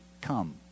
come